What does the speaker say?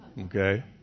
okay